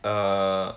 err